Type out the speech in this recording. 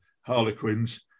Harlequins